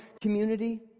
community